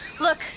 Look